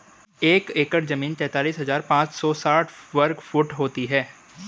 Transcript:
एक एकड़ जमीन तैंतालीस हजार पांच सौ साठ वर्ग फुट होती है